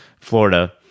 Florida